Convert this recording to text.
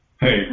Hey